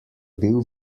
bil